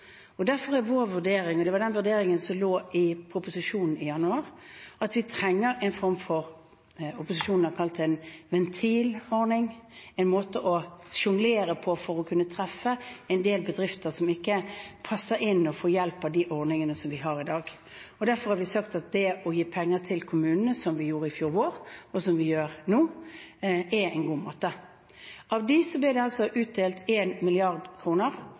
Derfor er vår vurdering – og det var den vurderingen som lå i proposisjonen i januar – at vi trenger en form som opposisjonen har kalt «en ventilordning», en måte å sjonglere på for å kunne treffe en del bedrifter som ikke passer inn til å få hjelp av de ordningene som vi har i dag. Derfor har vi sagt at det å gi penger til kommunene, som vi gjorde i fjor vår, og som vi gjør nå, er en god måte. Av disse ble det utdelt